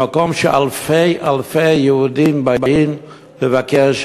במקום שאלפי-אלפי יהודים באים לבקר,